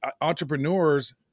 entrepreneurs